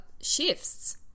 shifts